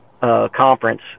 conference